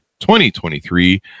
2023